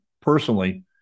personally